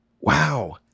Wow